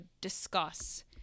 discuss